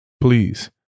please